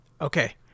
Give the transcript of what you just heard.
okay